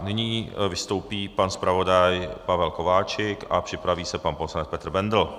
Nyní vystoupí pan zpravodaj Pavel Kováčik a připraví se pan poslanec Petr Bendl.